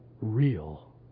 real